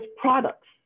products